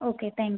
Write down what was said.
okay thank you